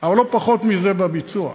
אבל לא פחות מזה בביצוע.